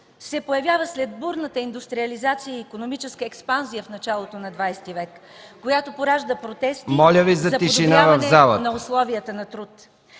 се появява след бурната индустриализация и икономическа експанзия в началото на ХХ век, която поражда протести за подобряване на условията на труд.